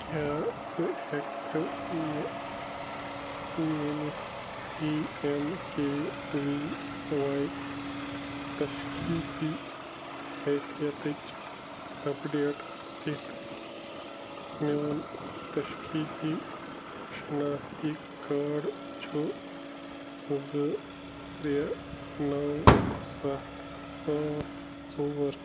کیٛاہ ژٕ ہٮ۪کہٕ کھہٕ مےٚ میٛٲنِس P M K V Y تشخیٖصی حیثیتٕچ اَپڈیٹ دِتھ میون تشخیٖصی شناختی کارڈ چھُ زٕ ترٛےٚ نَو سَتھ پانٛژھ ژور